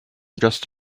just